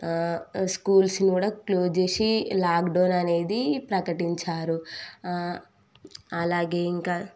స్కూల్స్ను కూడా క్లోజ్ చేసి లాక్డౌన్ అనేది ప్రకటించారు అలాగే ఇంకా